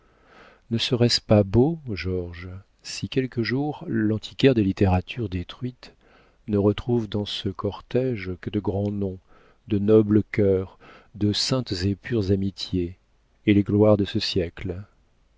ne sera-ce pas beau georges si quelque jour l'antiquaire des littératures détruites ne retrouve dans ce cortége que de grands noms de nobles cœurs de saintes et pures amitiés et les gloires de ce siècle